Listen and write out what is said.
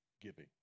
giving